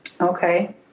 okay